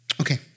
Okay